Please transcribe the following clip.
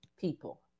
people